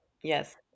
Yes